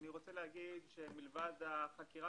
אני רוצה להגיד שמלבד החקירה